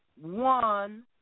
one